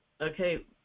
Okay